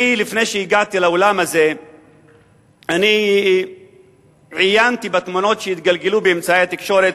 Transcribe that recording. לפני שהגעתי לאולם הזה אני עיינתי בתמונות שהתגלגלו באמצעי התקשורת,